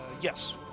Yes